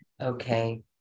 okay